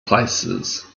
places